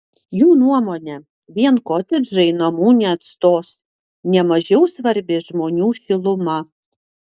jų nuomone vien kotedžai namų neatstos ne mažiau svarbi žmonių šiluma